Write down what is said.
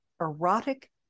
erotic